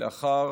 לאחר